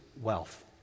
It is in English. wealth